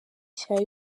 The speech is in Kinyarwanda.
cya